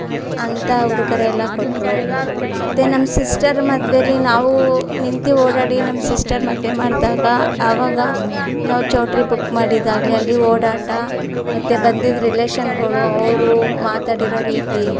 ಅಂತ ಉಡುಗೊರೆಯೆಲ್ಲ ಕೊಟ್ಟರು ಮತ್ತೆ ನಮ್ಮ ಸಿಸ್ಟರ್ ಮದುವೇಲಿ ನಾವೂ ನಿಂತು ಓಡಾಡಿ ನಮ್ಮ ಸಿಸ್ಟರ್ ಮದುವೆ ಮಾಡಿದಾಗ ಆವಾಗ ನಾವು ಚೌಟ್ರಿ ಬುಕ್ ಮಾಡಿದಾಗಲೆ ಅಲ್ಲಿ ಓಡಾಟ ಮತ್ತೆ ಬಂದಿದ್ದ ರಿಲೇಷನ್ಗಳು ಅವರು ಮಾತಾಡಿರೋ ರೀತಿ